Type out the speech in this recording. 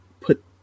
put